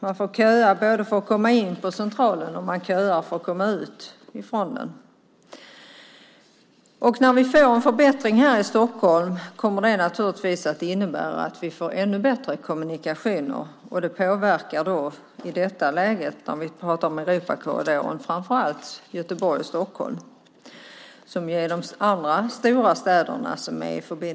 Man får köa både för att komma in på Centralen och för att komma ut från den. När vi får en förbättring här i Stockholm kommer det naturligtvis att innebära att vi får ännu bättre kommunikationer. Och det påverkar i detta läge, om vi talar om Europakorridoren, framför allt Göteborg och Stockholm.